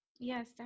Yes